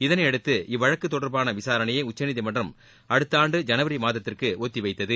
இதனையடுத்து இவ்வழக்கு தொடர்பான விசாரணையை உச்சநீதிமன்றம் அடுத்த ஆண்டு ஜனவரி மாதத்திற்கு ஒத்தி வைத்தது